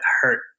hurt